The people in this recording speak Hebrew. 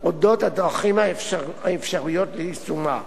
הדרכים האפשריות ליישומה.